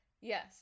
Yes